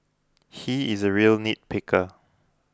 he is a real nitpicker